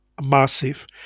massive